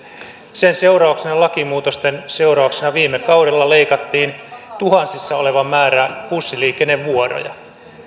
sen seurauksena lakimuutosten seurauksena viime kaudella leikattiin tuhansissa oleva määrä bussiliikennevuoroja